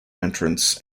entrants